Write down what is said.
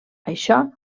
això